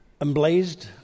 emblazed